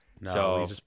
no